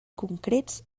concrets